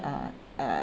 uh uh